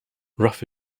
ruff